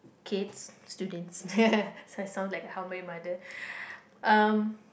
kids students so I sound like a mother um